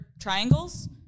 triangles